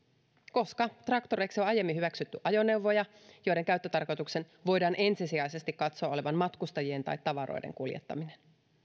koska traktoreiksi on aiemmin hyväksytty ajoneuvoja joiden käyttötarkoituksen voidaan ensisijaisesti katsoa olevan matkustajien tai tavaroiden kuljettaminen